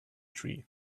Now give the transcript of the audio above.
tree